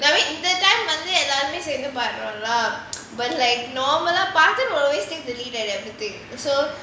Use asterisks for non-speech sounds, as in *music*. இந்த தடவை வந்து எல்லோருமே சேர்ந்து பாடுறோம்ல:intha thadava vanthu ellorumae sernthu padurom *noise* but like normal தெரியும்:teriyum everything